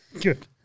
Good